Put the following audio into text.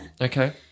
Okay